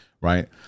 right